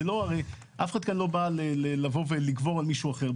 הרי אף אחד כאן לא בא לגבור על מישהו אחר.